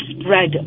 spread